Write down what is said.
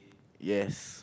yes